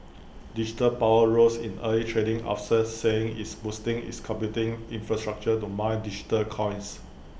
digital power rose in early trading after saying it's boosting its computing infrastructure to mine digital coins